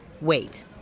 wait